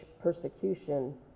persecution